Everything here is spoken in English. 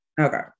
Okay